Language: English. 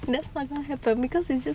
that's not going to happen because it's just